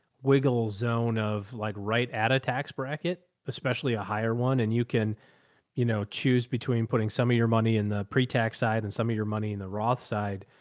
wiggle zone of like right at a tax bracket, especially a higher one. and you can you know choose between putting some of your money in the pretax side and some of your money in the roth side.